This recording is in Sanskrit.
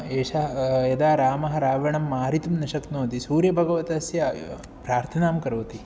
एषः यदा रामः रावणं मारितुं न शक्नोति सूर्यभगवतस्य प्रार्थनां करोति